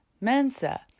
mensa